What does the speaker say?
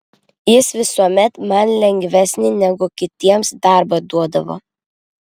jis visuomet man lengvesnį negu kitiems darbą duodavo